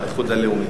האיחוד הלאומי.